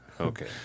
Okay